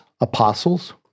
apostles